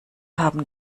haben